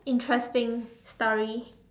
interesting story